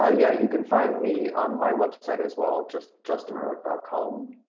ah yeah, you can find me on my website as well. just justinerlich ah com.